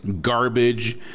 garbage